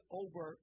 over